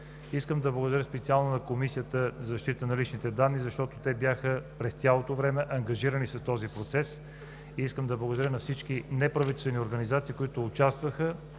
Искам да благодаря специално на Комисията за защита на личните данни, защото през цялото време те бяха ангажирани с този процес. Искам да благодаря на всички неправителствени организации, които участваха.